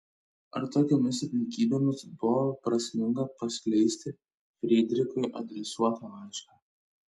ar tokiomis aplinkybėmis buvo prasminga paskleisti frydrichui adresuotą laišką